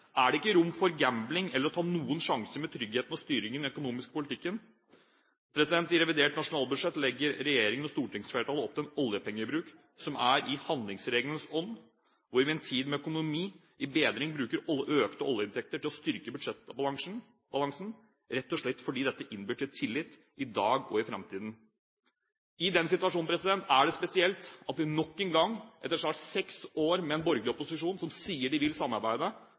er det ikke rom for gambling eller å ta noen sjanser med tryggheten og styringen i den økonomiske politikken. I revidert nasjonalbudsjett legger regjeringen og stortingsflertallet opp til en oljepengebruk som er i handlingsregelens ånd, hvor vi i en tid med en økonomi i bedring bruker økte oljeinntekter til å styrke budsjettbalansen, rett og slett fordi dette innbyr til tillit i dag og i framtiden. I denne situasjonen er det spesielt at vi nok en gang, etter snart seks år med en borgerlig opposisjon som sier de vil samarbeide,